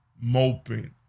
moping